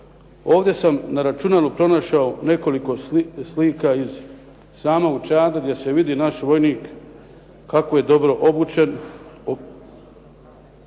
Ovdje sam na računalu pronašao nekoliko slika iz samog Čada gdje se vidi naš vojnik kako je dobro obučen,